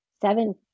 Seven